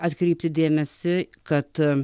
atkreipti dėmesį kad